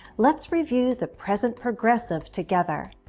let's review the present progressive together.